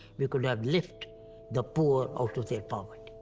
we could have lift the poor out of their poverty.